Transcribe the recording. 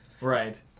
right